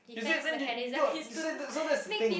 you see then you you no you see so that's the thing